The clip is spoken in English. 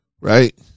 right